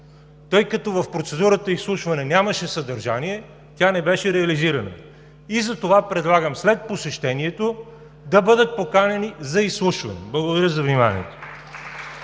Тъй като в процедурата „изслушване“ нямаше съдържание, тя не беше реализирана и затова предлагам след посещението да бъдат поканени за изслушване. Благодаря за вниманието.